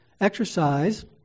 exercise